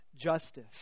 justice